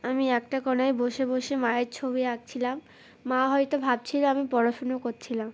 আমি একটা কোনায় বসে বসে মায়ের ছবি আঁকছিলাম মা হয়তো ভাবছিল আমি পড়াশুনো করছিলাম